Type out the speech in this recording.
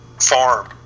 farm